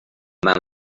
then